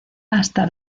hasta